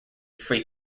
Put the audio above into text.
free